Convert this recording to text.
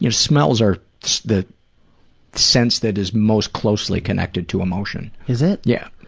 you know smells are the sense that is most closely connected to emotion. is it? yeah.